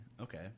Okay